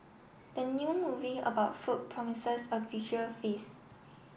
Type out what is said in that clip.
the new movie about food promises a visual feast